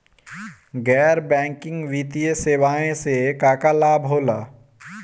गैर बैंकिंग वित्तीय सेवाएं से का का लाभ होला?